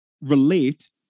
relate